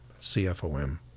CFOM